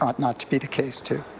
not not to be the case too.